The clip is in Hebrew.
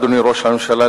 אדוני ראש הממשלה,